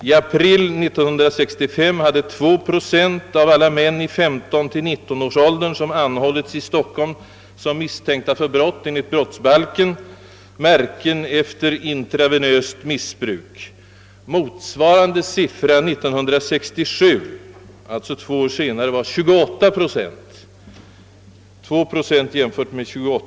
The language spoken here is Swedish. I april 1965 hade 2 procent av alla män i 15—19-årsåldern, vilka anhållits i Stockholm såsom misstänkta för brott enligt brottsbalken, märken efter intravenöst missbruk. Motsvarande siffra år 1967, alltså två år senare, var 28 procent.